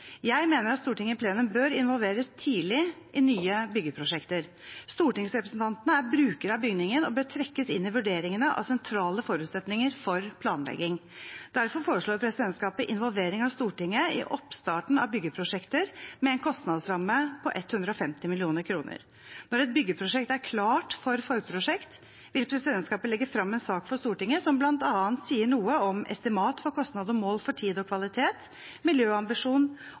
Jeg mener at Stortinget i plenum bør involveres tidlig i nye byggeprosjekter. Stortingsrepresentantene er brukere av bygningen og bør trekkes inn i vurderingene av sentrale forutsetninger for planlegging. Derfor foreslår presidentskapet involvering av Stortinget i oppstarten av byggeprosjekter med en kostnadsramme på 150 mill. kr. Når et byggeprosjekt er klart for forprosjekt, vil presidentskapet legge frem en sak for Stortinget som bl.a. sier noe om estimat for kostnad og mål for tid og kvalitet, miljøambisjon